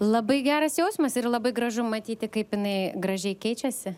labai geras jausmas ir labai gražu matyti kaip jinai gražiai keičiasi